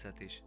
Satish